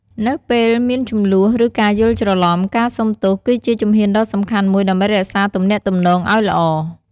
នៅពេលមានជម្លោះ ឬការយល់ច្រឡំ ការសូមទោសគឺជាជំហានដ៏សំខាន់មួយដើម្បីរក្សាទំនាក់ទំនងឱ្យល្អ។